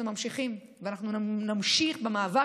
אנחנו ממשיכים ואנחנו נמשיך במאבק